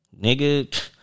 nigga